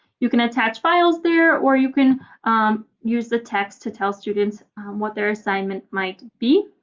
you can attach files there or you can use the text to tell students what their assignment might be.